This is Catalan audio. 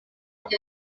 amb